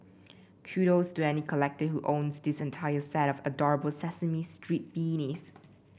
kudos to any collector who owns this entire set of adorable Sesame Street beanies